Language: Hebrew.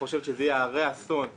חושבת שזה יהיה הרה אסון למערכת,